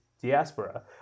Diaspora